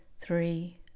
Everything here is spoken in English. three